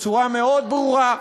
בצורה מאוד ברורה: